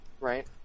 right